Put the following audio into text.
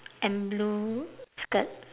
and blue skirt